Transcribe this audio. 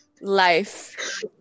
life